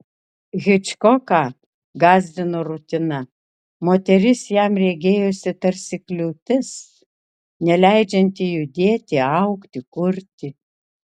hičkoką gąsdino rutina moteris jam regėjosi tarsi kliūtis neleidžianti judėti augti kurti